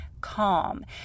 calm